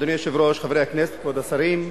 אדוני היושב-ראש, חברי הכנסת, כבוד השרים,